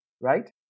right